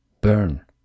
burn